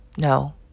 No